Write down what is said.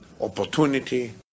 opportunity